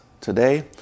today